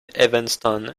evanston